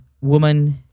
woman